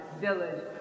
village